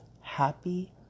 happy